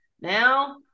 Now